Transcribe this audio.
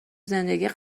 زندگی